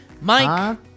Mike